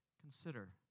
consider